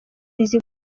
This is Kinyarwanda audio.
izi